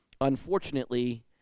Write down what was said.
Unfortunately